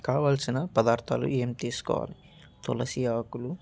కావాల్సిన పదార్థాలు ఏం తీసుకోవాలి తులసి ఆకులు